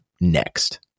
next